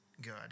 good